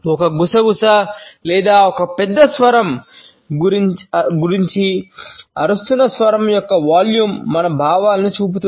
ఒక గుసగుస లేదా పెద్ద స్వరం లేదా అరుస్తున్నా స్వరం యొక్క వాల్యూమ్ మన భావాలను చూపుతుంది